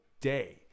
day